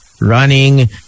running